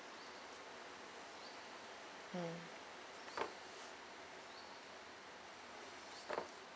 mm